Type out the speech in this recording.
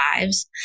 lives